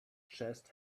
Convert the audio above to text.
chest